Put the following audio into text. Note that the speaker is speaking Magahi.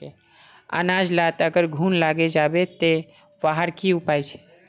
अनाज लात अगर घुन लागे जाबे ते वहार की उपाय छे?